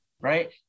right